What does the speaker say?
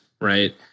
right